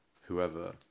whoever